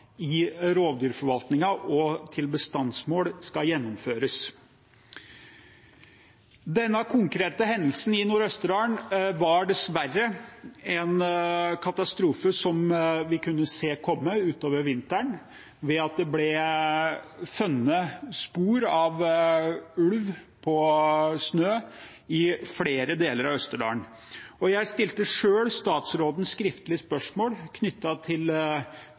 i rovdyrforvaltningen og til bestandsmål – skal gjennomføres. Denne konkrete hendelsen i Nord-Østerdal var dessverre en katastrofe som vi kunne se komme utover vinteren, ved at det ble funnet spor av ulv på snø i flere deler av Østerdalen. Jeg stilte selv statsråden skriftlig spørsmål knyttet til